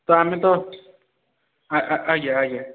ତ ଆମେ ତ ଆଜ୍ଞା ଆଜ୍ଞା